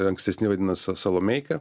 ankstesni vadino salomeika